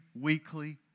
weekly